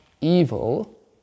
evil